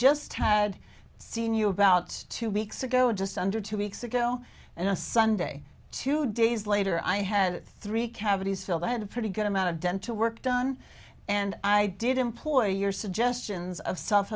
just had seen you about two weeks ago just under two weeks ago and a sunday two days later i had three cavities filled i had a pretty good amount of dental work done and i did employ your suggestions of s